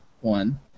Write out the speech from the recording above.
one